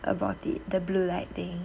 about it the blue lighting